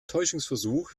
täuschungsversuch